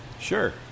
Sure